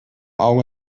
auge